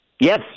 Yes